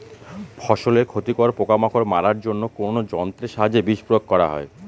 ফসলের ক্ষতিকর পোকামাকড় মারার জন্য কোন যন্ত্রের সাহায্যে বিষ প্রয়োগ করা হয়?